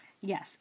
Yes